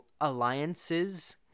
alliances